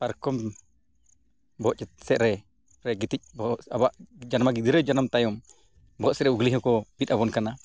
ᱯᱟᱨᱠᱚᱢ ᱵᱚᱦᱚᱜ ᱥᱮᱫ ᱨᱮ ᱜᱤᱛᱤᱡ ᱵᱚᱦᱚᱜ ᱟᱵᱚᱣᱟᱜ ᱡᱚᱱᱢᱚ ᱜᱤᱫᱽᱨᱟᱹ ᱡᱚᱱᱚᱢ ᱛᱟᱭᱚᱢ ᱵᱚᱦᱚᱜ ᱥᱮᱫ ᱨᱮ ᱩᱜᱽᱞᱤ ᱦᱚᱸᱠᱚ ᱵᱤᱫᱽ ᱟᱵᱚᱱ ᱠᱟᱱᱟ